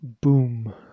Boom